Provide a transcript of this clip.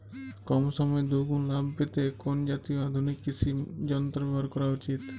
কম সময়ে দুগুন লাভ পেতে কোন জাতীয় আধুনিক কৃষি যন্ত্র ব্যবহার করা উচিৎ?